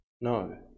No